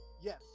yes